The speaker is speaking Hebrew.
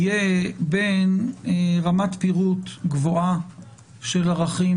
יהיה בין רמת פירוט גבוהה של ערכים